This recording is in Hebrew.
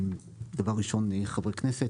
הם דבר ראשון חברי כנסת